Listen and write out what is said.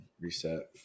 reset